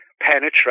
penetrate